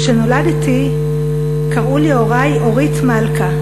כשנולדתי קראו לי הורי אורית מלכה,